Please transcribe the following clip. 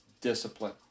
discipline